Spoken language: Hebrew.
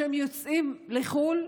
כשהם יוצאים לחו"ל,